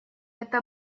это